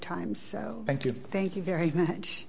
time so thank you thank you very much